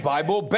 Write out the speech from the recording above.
Bible